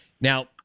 Now